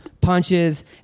punches